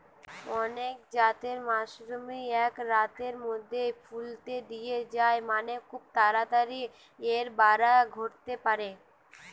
অনেক জাতের মাশরুমই এক রাতের মধ্যেই ফলতে দিখা যায় মানে, খুব তাড়াতাড়ি এর বাড়া ঘটতে পারে